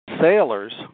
sailors